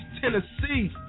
Tennessee